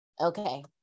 Okay